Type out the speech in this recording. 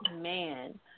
Man